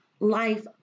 life